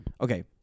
Okay